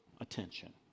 attention